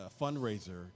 fundraiser